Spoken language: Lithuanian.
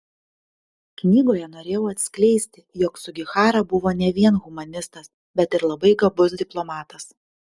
knygoje norėjau atskleisti jog sugihara buvo ne vien humanistas bet ir labai gabus diplomatas